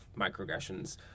microaggressions